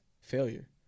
Failure